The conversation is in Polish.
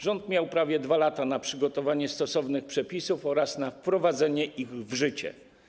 Rząd miał prawie 2 lata na przygotowanie stosownych przepisów oraz na wprowadzenie ich w życie.